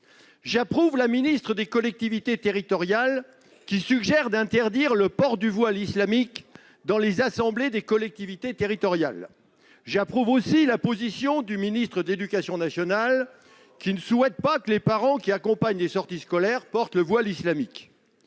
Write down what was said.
J'approuve la ministre des collectivités territoriales, qui suggère d'interdire le port du voile islamique dans les assemblées des collectivités territoriales. J'approuve aussi la position du ministre de l'éducation nationale, qui ne souhaite pas que les parents qui accompagnent les sorties scolaires portent le voile islamique.